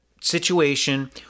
situation